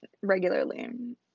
regularly